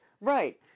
Right